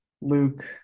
Luke